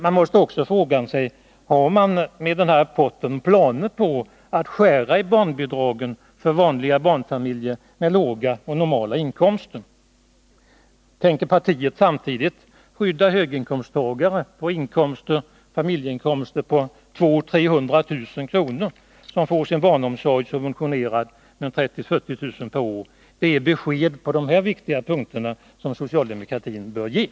Man måste också fråga sig om socialdemokraterna i och med denna rapport har planer på att skära i barnbidragen för vanliga barnfamiljer med låga eller normala inkomster. Tänker partiet samtidigt skydda höginkomsttagare och familjer med inkomster på 200 000-300 000 kr., som får sin barnomsorg subventionerad med 30 000-40 000 kr. per år? Socialdemokratin bör ge besked på dessa viktiga punkter.